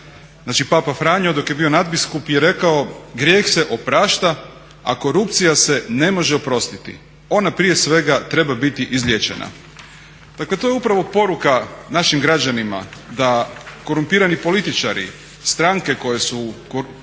Znači papa Franjo dok je bio nadbiskup je rekao grijeh se oprašta, a korupcija se ne može oprostiti, ona prije svega treba biti izliječena. Dakle to je upravo poruka našim građanima da korumpirani političari, stranke koje su korumpiranim